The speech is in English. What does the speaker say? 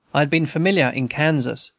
i had been familiar, in kansas,